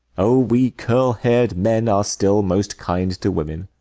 oh, we curl-hair'd men are still most kind to women!